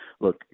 Look